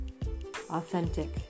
authentic